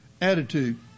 attitude